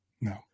No